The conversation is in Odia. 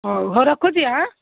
ହଉ ହଉ ରଖୁଛିି ହାଁ